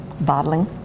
Bottling